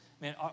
man